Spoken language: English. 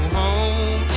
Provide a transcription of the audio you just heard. home